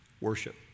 worship